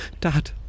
Dad